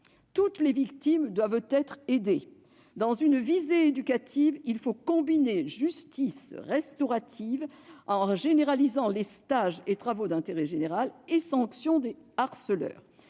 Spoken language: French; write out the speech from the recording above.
Toutes les victimes doivent être aidées. Dans une visée éducative, il faut concilier justice « restaurative », en généralisant les stages et les travaux d'intérêt général, et sanction des harceleurs.